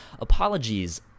apologies